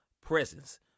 presence